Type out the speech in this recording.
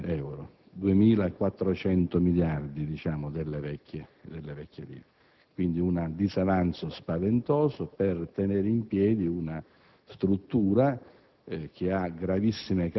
2.400 miliardi delle vecchie lire. Quindi, un disavanzo spaventoso per tenere in piedi una struttura